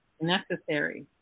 necessary